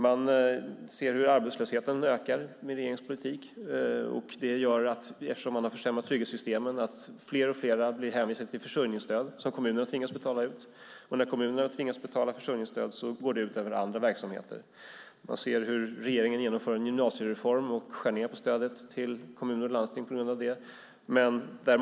Man ser hur arbetslösheten ökar med regeringens politik. Eftersom trygghetssystemen har försämrats innebär det att fler och fler blir hänvisade till försörjningsstöd som kommunerna tvingas betala ut. Och när kommunerna tvingas betala försörjningsstöd går det ut över andra verksamheter. Man ser hur regeringen genomför en gymnasiereform och skär ned på stödet till kommuner och landsting på grund av det.